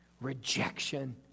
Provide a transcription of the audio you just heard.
Rejection